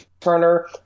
Turner